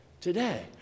Today